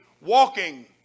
walking